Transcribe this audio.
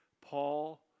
Paul